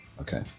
Okay